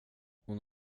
hon